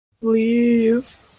Please